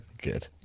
Good